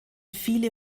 viele